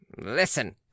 Listen